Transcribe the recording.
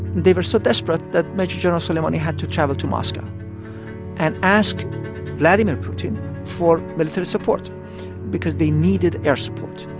they were so desperate that major general soleimani had to travel to moscow and ask vladimir putin for military support because they needed air support.